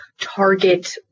target